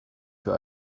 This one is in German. für